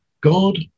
God